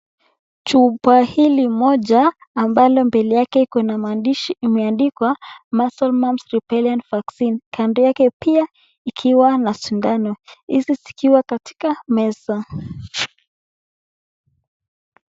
Chupa hili moja ambalo mbele yake kuna maandishi imeandikwa muscle mumps rubella vaccine . Kando yake pia ikiwa na sindano. Hizi zikiwa katika meza.